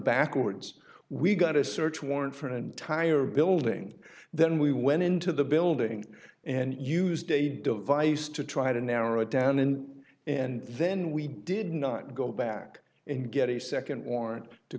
backwards we got a search warrant for an entire building then we went into the building and used a device to try to narrow it down in and then we did not go back and get a second